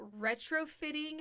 retrofitting